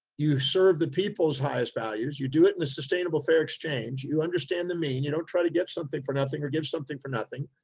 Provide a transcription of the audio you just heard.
you serve the people's highest values. you do it in a sustainable fair exchange. you understand the mean you don't try to get something for nothing or give something for nothing,